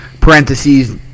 parentheses